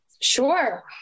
Sure